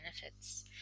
benefits